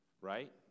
right